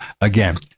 again